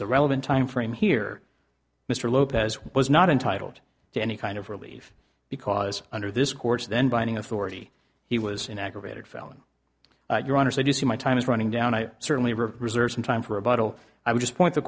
the relevant time frame here mr lopez was not entitled to any kind of relief because under this court's then binding authority he was an aggravated felony your honor so i do see my time is running down i certainly reserve some time for a bottle i would just point t